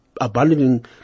abandoning